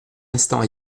instant